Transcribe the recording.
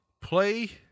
play